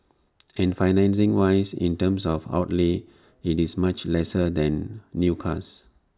and financing wise in terms of outlay IT is much lesser than new cars